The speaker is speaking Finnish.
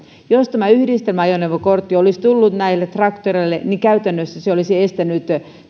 jos tämä yhdistelmäajoneuvokortti olisi tullut näille traktoreille käytännössä se olisi estänyt